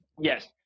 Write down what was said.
yes